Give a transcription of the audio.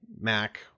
Mac